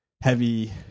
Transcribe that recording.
heavy